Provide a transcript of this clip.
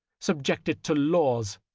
subject it to laws,